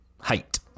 Height